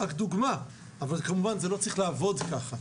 זו רק דוגמה, וכמובן שזה לא צריך לעבוד ככה.